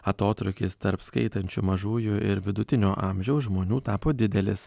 atotrūkis tarp skaitančių mažųjų ir vidutinio amžiaus žmonių tapo didelis